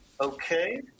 Okay